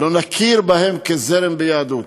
לא נכיר בהם כזרם ביהדות.